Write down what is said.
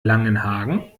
langenhagen